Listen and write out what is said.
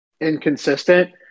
inconsistent